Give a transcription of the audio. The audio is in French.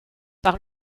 par